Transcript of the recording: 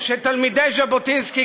שתלמידי ז'בוטינסקי,